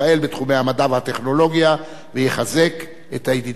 המדע והטכנולוגיה ויחזק את הידידות בינינו.